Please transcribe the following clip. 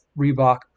Reebok